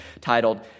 titled